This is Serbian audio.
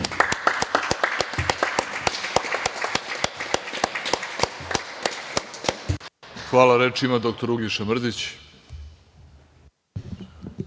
Hvala. Reč ima dr Uglješa Mrdić.